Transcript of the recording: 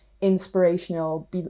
inspirational